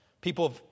People